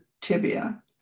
tibia